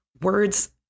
Words